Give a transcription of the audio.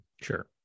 Sure